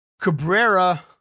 Cabrera